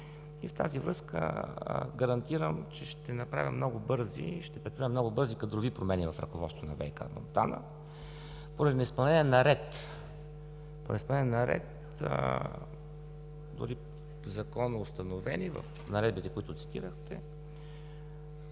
В тази връзка гарантирам, че ще предприема много бързи кадрови промени в ръководството на ВиК – Монтана, поради неизпълнение на ред дори законоустановени в наредбите, които цитирахте,